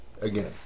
again